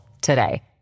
today